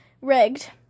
rigged